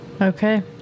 Okay